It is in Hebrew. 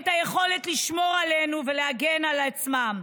את היכולת לשמור עלינו ולהגן על עצמם,